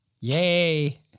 Yay